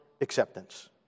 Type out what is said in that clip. acceptance